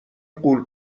غول